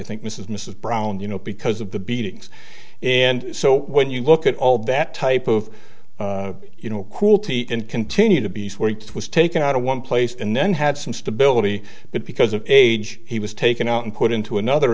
think mrs mrs brown you know because of the beatings and so when you look at all that type of you know cool t and continue to be swear he was taken out of one place and then had some stability but because of age he was taken out and put into another